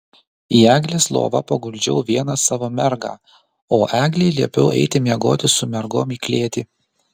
į eglės lovą paguldžiau vieną savo mergą o eglei liepiau eiti miegoti su mergom į klėtį